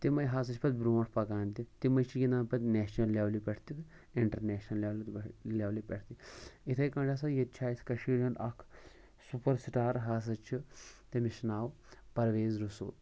تِمٕے ہَسا چھِ پَتہٕ برونٛٹھ پَکان تہِ تِمٕے چھِ گِنٛدان پَتہٕ نیٚشنَل لیولہِ پٮ۪ٹھ تہِ تہٕ اِنٹَرنیشنَل لیٚولہِ پٮ۪ٹھ لٮ۪ولہِ پٮ۪ٹھ تہِ اِتھَے کٔٹھۍ ہَسا ییٚتہِ چھِ اَسہِ کٔشیٖرِ ہُنٛد اَکھ سُپَر سِٹار ہَسا چھُ تٔمِس چھُ ناو پَرویز رسوٗل